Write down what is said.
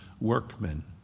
workmen